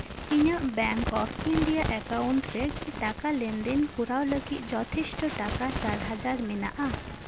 ᱤᱧᱟᱹᱜ bank of India account ᱨᱮ ᱠᱤ ᱴᱟᱠᱟ ᱞᱮᱱᱫᱮᱱ ᱠᱚᱨᱟᱣ ᱞᱟᱹᱜᱤᱫ ᱡᱚᱛᱷᱮᱥᱴᱚ ᱴᱟᱠᱟ ᱯᱳᱱ ᱦᱟᱡᱟᱨ ᱢᱮᱱᱟᱜᱼᱟ